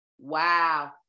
Wow